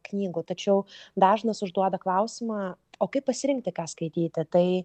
knygų tačiau dažnas užduoda klausimą o kaip pasirinkti ką skaityti tai